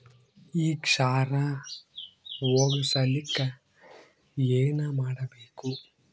ಈ ಕ್ಷಾರ ಹೋಗಸಲಿಕ್ಕ ಏನ ಮಾಡಬೇಕು?